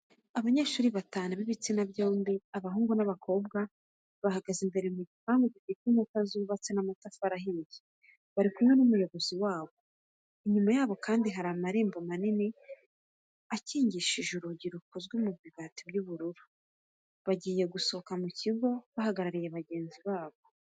Abanyeshuri batanu b'ibitsina byombi, abahungu n'abakobwa, bahagaze imbere mu gipangu gifite inkuta zubatse n'amatafari ahiye, bari kumwe n'umuyobozi wabo, inyuma yabo kandi hari amarembo manini akingishije urugi rukozwe mu ibati ry'ubururu. Bagiye gusohoka mu kigo bahagarariye bagenzi babo.